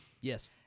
Yes